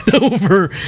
over